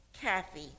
Kathy